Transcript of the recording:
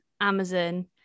Amazon